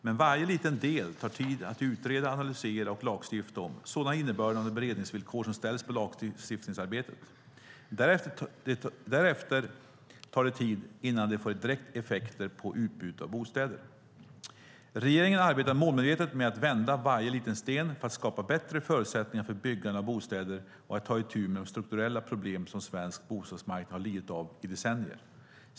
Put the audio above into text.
Men varje liten del tar tid att utreda, analysera och lagstifta om - sådan är innebörden av de beredningsvillkor som ställs på lagstiftningsarbetet. Därefter tar det tid innan det blir direkta effekter på utbudet av bostäder. Regeringen arbetar målmedvetet med att vända varje liten sten för att skapa bättre förutsättningar för byggande av bostäder och ta itu med de strukturella problem som svensk bostadsmarknad har lidit av i decennier.